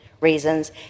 reasons